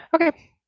Okay